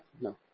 No